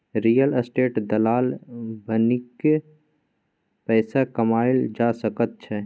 real estate दलाल बनिकए पैसा कमाओल जा सकैत छै